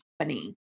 company